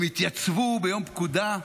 הם התייצבו ביום פקודה,